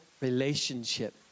relationship